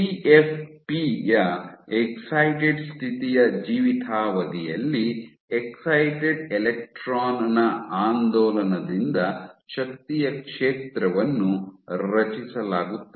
C F P ಯ excited ಸ್ಥಿತಿಯ ಜೀವಿತಾವಧಿಯಲ್ಲಿ ಎಕ್ಸೈಟೆಡ್ ಎಲೆಕ್ಟ್ರಾನ್ ನ ಆಂದೋಲನದಿಂದ ಶಕ್ತಿಯ ಕ್ಷೇತ್ರವನ್ನು ರಚಿಸಲಾಗುತ್ತದೆ